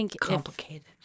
complicated